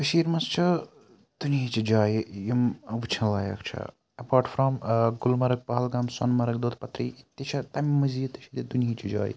کٔشیٖرِ مَنٛز چھِ دُنہٕچہٕ جایہِ یِم وٕچھِنۍ لایق چھَ apart from Gulmarg Pahalgam Sonamarg Doodhpathri تہِ چھِ امہِ مَزیٖد تہِ چھِ ییٚتہِ دُنہِچہٕ جایہِ